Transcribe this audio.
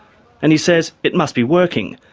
and he says it must be working,